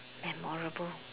memorable